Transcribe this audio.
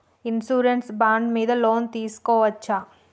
Insurance bond మీద loan తీస్కొవచ్చా?